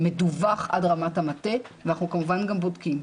מדווח עד רמת המטה ואנחנו כמובן גם בודקים.